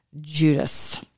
Judas